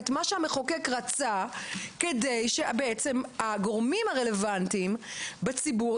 את מה שהמחוקק רצה כדי שהגורמים הרלוונטיים בציבור,